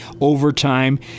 overtime